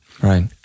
Right